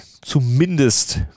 zumindest